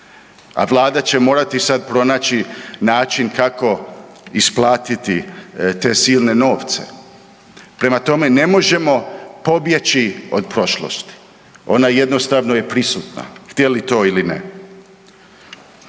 a vlada će morati sad pronaći način kako isplatiti te silne novce. Prema tome, ne možemo pobjeći od prošlosti, ona jednostavno je prisutna htjeli to ili ne.